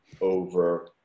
over